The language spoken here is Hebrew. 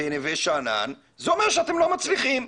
בנווה שאנן, זה אומר שאתם לא מצליחים,